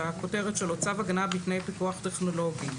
שהכותרת שלו היא "צו הגנה בתנאי פיקוח טכנולוגי",